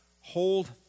Hold